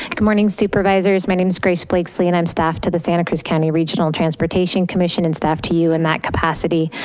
good morning supervisors, my name is grace blakeslee, and i'm staff to the santa cruz county regional transportation commission and staff to you in that capacity.